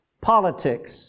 politics